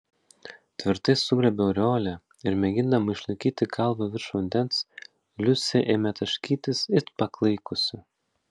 tvirtai sugriebė aureolę ir mėgindama išlaikyti galvą virš vandens liusė ėmė taškytis it paklaikusi